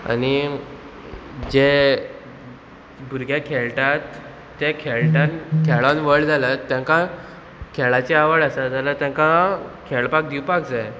आनी जे भुरगे खेळटात ते खेळटान खेळोन व्हड जाल्यात तांकां खेळाची आवड आसा जाल्यार तांकां खेळपाक दिवपाक जाय